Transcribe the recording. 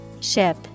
Ship